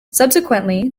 subsequently